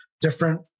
different